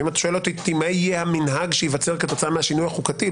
אם אתה שואל אותי מה יהיה המנהג שייווצר כתוצאה מהשינוי החוקתי,